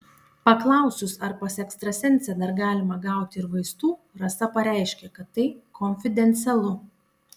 paklausus ar pas ekstrasensę dar galima gauti ir vaistų rasa pareiškė kad tai konfidencialu